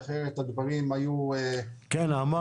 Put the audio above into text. אחרת הדברים היו מתבהרים